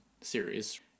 series